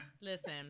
Listen